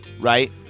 right